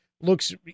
looks